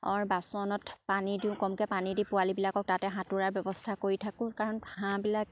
বাচনত পানী দিওঁ কমকে পানী দি পোৱালিবিলাকক তাতে সাঁতোৰাৰ ব্যৱস্থা কৰি থাকোঁ কাৰণ হাঁহবিলাক